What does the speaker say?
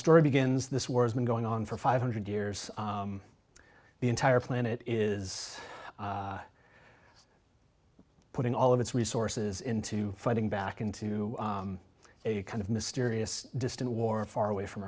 story begins this war's been going on for five hundred years the entire planet is putting all of its resources into fighting back into a kind of mysterious distant war far away from